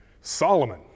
Solomon